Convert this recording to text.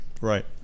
right